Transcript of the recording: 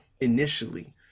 initially